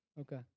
Okay